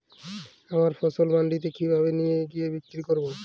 আমার ফসল মান্ডিতে কিভাবে নিয়ে গিয়ে বিক্রি করব?